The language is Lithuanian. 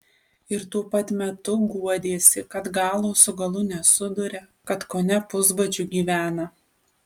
ir tuo pat metu guodėsi kad galo su galu nesuduria kad kone pusbadžiu gyvena